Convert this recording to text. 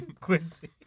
Quincy